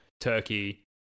turkey